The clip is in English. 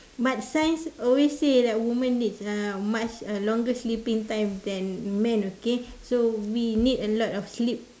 but science always say that women needs uh much a longer sleeping time than men okay so we need a lot of sleep